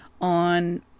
on